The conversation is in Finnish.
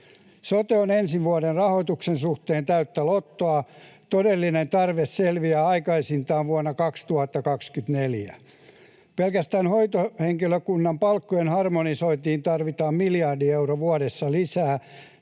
Sote on ensi vuoden rahoituksen suhteen täyttä lottoa. Todellinen tarve selviää aikaisintaan vuonna 2024. Pelkästään hoitohenkilökunnan palkkojen harmonisointiin tarvitaan miljardi euroa vuodessa lisää.